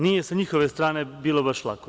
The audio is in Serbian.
Nije sa njihove strane bilo baš lako.